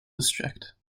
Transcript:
district